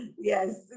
Yes